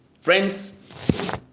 Friends